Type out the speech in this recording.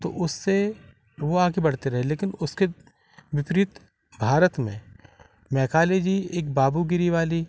तो उससे वो आगे बढ़ते रहे लेकिन उसके विपरीत भारत में मैकाले जी एक बाबूगिरी वाली